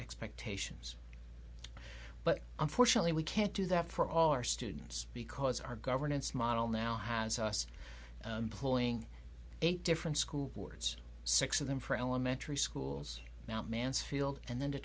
expectations but unfortunately we can't do that for all our students because our governance model now has us pulling eight different school boards six of them for elementary schools mansfield and then to